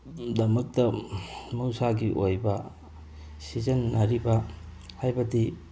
ꯗꯃꯛꯇ ꯃꯍꯧꯁꯥꯒꯤ ꯑꯣꯏꯕ ꯁꯤꯖꯤꯟꯅꯔꯤꯕ ꯍꯥꯏꯕꯗꯤ